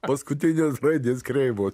paskutinės raidės kreivos